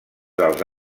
dels